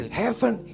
heaven